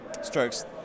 strokes